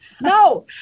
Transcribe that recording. no